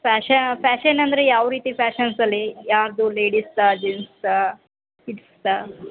ಫ್ಯಾಶ fashion ಅಂದರೆ ಯಾವ ರೀತಿ ಫ್ಯಾಶನ್ಸಲ್ಲಿ ಯಾರದು ಲೇಡಿಸ್ದಾ ಜೆಂಟ್ಸ್ದಾ ಕಿಡ್ಸ್ದಾ